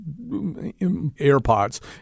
AirPods